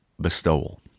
bestowal